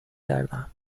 کردم